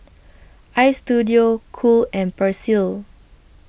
Istudio Cool and Persil